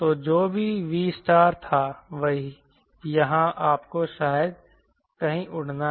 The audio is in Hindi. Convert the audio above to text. तो जो कुछ भी V था यहाँ आपको शायद कहीं उड़ना है